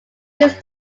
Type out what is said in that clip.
his